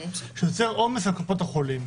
שזה יוצר עומס על קופות החולים.